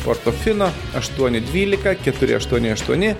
portofino aštuoni dvylika keturi aštuoni aštuoni